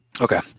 Okay